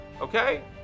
Okay